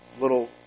little